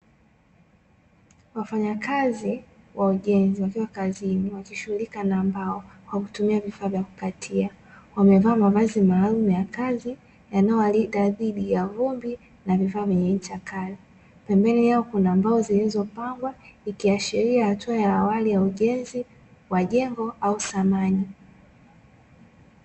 Wafanyakazi wa ujenzi wakiwa kazini wakishughulika na mbao kwa kutumia vifaa vya kukatia wamevaa mavazi maalumu ya kazi yanayowalinda dhidi ya vumbi na vifaa vyenye ncha kali, pembeni yao kuna mbao zilizopangwa ikiashiria hatua ya awali ya ujenzi wa jengo au samani.